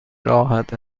راحت